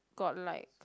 god like